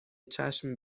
چشم